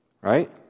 Right